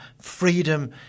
freedom